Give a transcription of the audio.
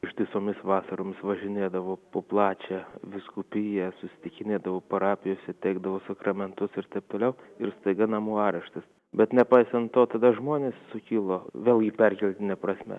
ištisomis vasaromis važinėdavo po plačią vyskupiją susitikinėdavo parapijose teikdavo sakramentus ir taip toliau ir staiga namų areštas bet nepaisant to tada žmonės sukilo vėlgi perkeltine prasme